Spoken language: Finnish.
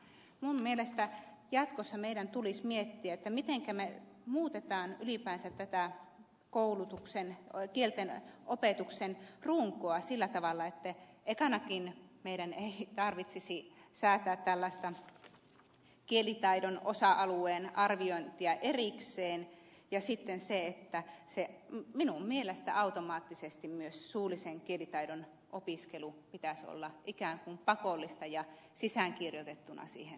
minun mielestäni jatkossa meidän tulisi miettiä mitenkä me muutamme ylipäänsä tätä kielten opetuksen runkoa sillä tavalla että ekanakin meidän ei tarvitsisi säätää tällaista kielitaidon osa alueen arviointia erikseen ja siitä se että se ei sitten mielestäni automaattisesti myös suullisen kielitaidon opiskelun pitäisi olla ikään kuin pakollista ja sisäänkirjoitettuna siihen opiskeluun